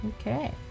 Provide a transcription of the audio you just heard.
okay